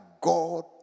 God